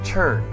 Turn